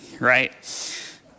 right